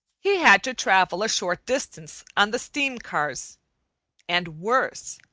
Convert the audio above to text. he had to travel a short distance on the steam-cars and worse,